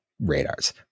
radars